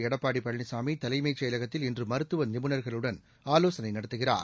எடப்பாடி பழனிசாமி தலைமைச் செயலகத்தில் இன்று மருத்துவ நிபுணர்களுடன் ஆலோசனை நடத்துகிறார்